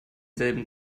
selben